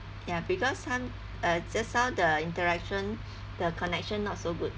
ya because some uh just now the interaction the connection not so good